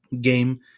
game